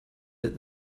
that